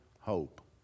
hope